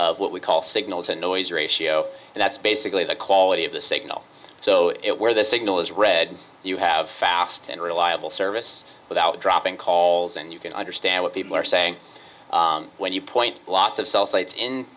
of what we call signal to noise ratio and that's basically the quality of the signal so it where the signal is read you have fast and reliable service without dropping calls and you can understand what people are saying when you point lots of cell sites